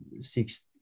six